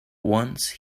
once